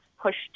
pushed